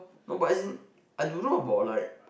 no but as in I don't know about like